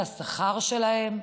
על השכר שלהן?